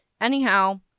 Anyhow